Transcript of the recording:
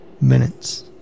minutes